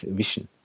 vision